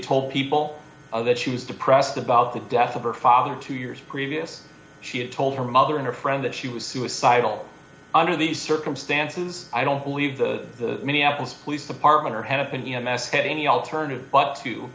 told people that she was depressed about the death of her father two years previous she had told her mother and her friend that she was suicidal under these circumstances i don't believe the minneapolis police department are happening at any alt